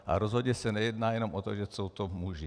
A rozhodně se nejedná jenom o to, že jsou to muži.